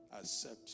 accept